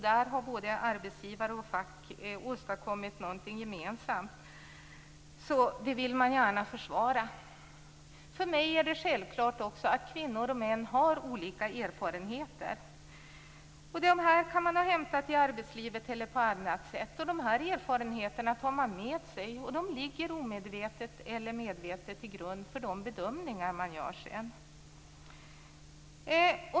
Där har både arbetsgivare och fack åstadkommit någonting gemensamt, så det vill man gärna försvara. För mig är det också självklart att kvinnor och män har olika erfarenheter. Dem kan man ha hämtat i arbetslivet eller på annat sätt. De erfarenheterna tar man med sig. De ligger omedvetet eller medvetet till grund för de bedömningar man gör.